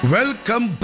Welcome